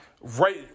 Right